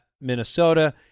Minnesota